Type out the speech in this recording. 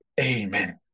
amen